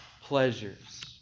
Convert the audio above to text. pleasures